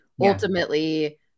ultimately